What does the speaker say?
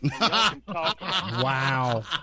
Wow